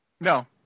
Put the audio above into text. No